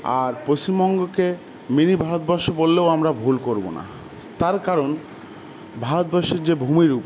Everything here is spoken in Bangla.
আর পশ্চিমবঙ্গকে মিনি ভারতবর্ষ বললেও আমরা ভুল করবো না তার কারণ ভারতবর্ষের যে ভূমিরূপ